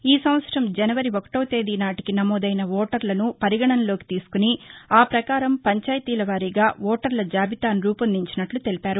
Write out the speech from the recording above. ఈ సంవత్సరం జనవరి ఒకటవ తేదీ నాటికి నమోదైన ఓటర్లను పరిగణలోనికి తీసుకుని ఆ ప్రకారం పంచాయతీల వారీగా ఓటర్ల జాబితాను రూపొందించినట్లు తెలిపారు